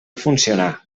funcionar